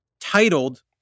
titled